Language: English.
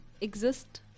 exist